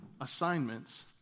Assignments